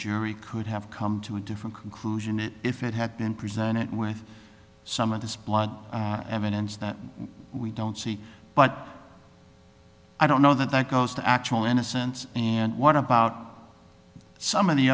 jury could have come to a different conclusion it if it had been presented with some of this blunt evidence that we don't see but i don't know that that goes to actual innocence and what about some of the